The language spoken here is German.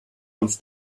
uns